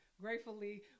Gratefully